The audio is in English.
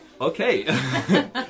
Okay